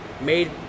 made